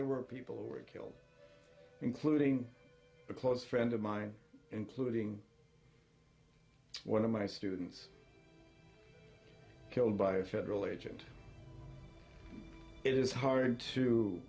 there were people who were killed including a close friend of mine including one of my students killed by a federal agent it is hard to